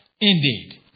indeed